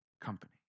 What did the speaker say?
company